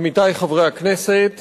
עמיתי חברי הכנסת,